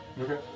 Okay